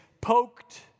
poked